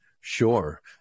Sure